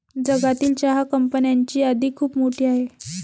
जगातील चहा कंपन्यांची यादी खूप मोठी आहे